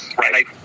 right